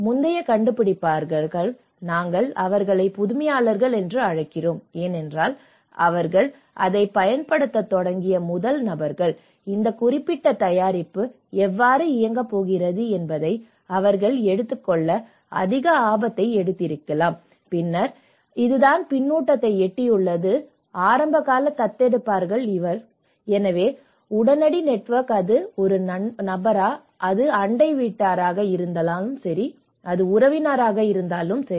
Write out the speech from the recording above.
முந்தைய கண்டுபிடிப்பாளர்கள் நாங்கள் அவர்களை புதுமையாளர்கள் என்று அழைக்கிறோம் ஏனென்றால் அவர்கள் அதைப் பயன்படுத்தத் தொடங்கிய முதல் நபர்கள் இந்த குறிப்பிட்ட தயாரிப்பு எவ்வாறு இயங்கப் போகிறது என்பதை அவர்கள் எடுத்துக்கொள்ள அதிக ஆபத்தை எடுத்திருக்கலாம் பின்னர் இதுதான் பின்னூட்டத்தை எட்டியுள்ளது ஆரம்பகால தத்தெடுப்பாளர்கள் எனவே உடனடி நெட்வொர்க் அது ஒரு நண்பரா அது அண்டை வீட்டாராக இருந்தாலும் சரி அது உறவினரா என்பதை